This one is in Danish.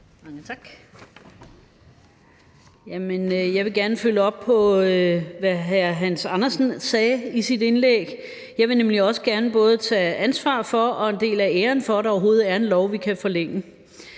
Jeg vil gerne følge op på, hvad hr. Hans Andersen sagde i sit indlæg. Jeg vil nemlig også gerne både tage ansvar for og en del af æren for, at der overhovedet er en lov, vi kan forlænge.